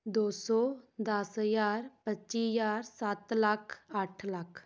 ਦੋ ਸੌ ਦਸ ਹਜ਼ਾਰ ਪੱਚੀ ਹਜ਼ਾਰ ਸੱਤ ਲੱਖ ਅੱਠ ਲੱਖ